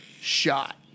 shot